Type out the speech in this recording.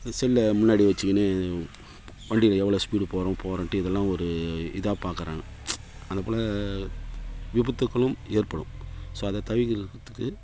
செல்லை முன்னாடி வெச்சுக்கினு வண்டியில் எவ்வளோ ஸ்பீடு போகிறோம் போகிறோன்ட்டு இதெல்லாம் ஒரு இதாக பார்க்கறாங்க அது போல் விபத்துக்களும் ஏற்படும் ஸோ அதை தவிர்க்கறத்துக்கு